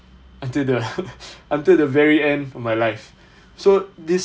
until the until the very end of my life so these